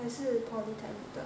可是 polytechnic [de]